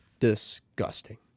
disgusting